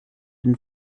been